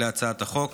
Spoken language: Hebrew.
להצעת החוק.